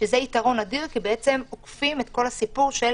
שזה יתרון אדיר כי עוקפים את כל הסיפור של